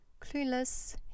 Clueless